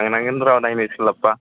थांनांगोन र' नायनो सोलाबब्ला